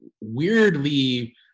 weirdly